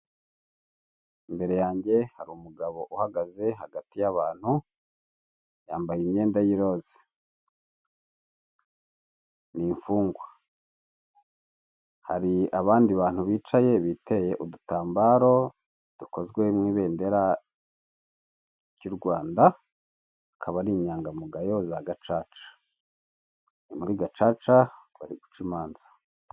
Imbere yanjye hari umugabo uhagaze hagati y'abantu, yambaye rose, n'imfungwa, hari abandi bantu bicaye biteye udutambaro dukozwe mu ibendera ry'u rwanda, akaba ari inyangamugayo za gacaca, nimuri gacaca bari guca imanza.